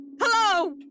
Hello